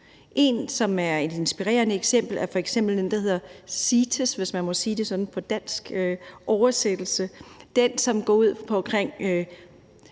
En, som er et inspirerende eksempel, er f.eks. den, der hedder CITES, hvis man må sige det sådan på dansk i oversættelse, altså den, som går ud på bekæmpelse